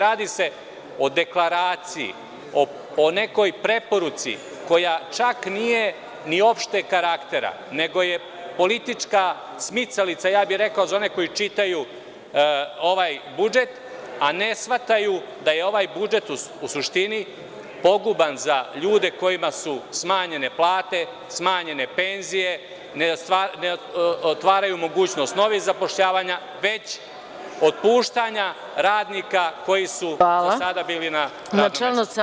Radi se o deklaraciji, o nekoj preporuci koja čak nije ni opšteg karaktera, nego je politička smicalica, ja bih rekao za one koji čitaju ovaj budžet, a ne shvataju da je ovaj budžet u suštini poguban za ljude kojima su smanjene plate, penzije, ne otvaraju mogućnost novih zapošljavanja, već otpuštanja radnika koji su do sada bili na radnom mestu.